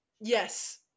Yes